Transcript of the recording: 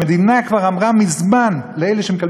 המדינה כבר אמרה מזמן לאלה שמקבלים